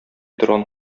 торган